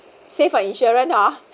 save for insurance hor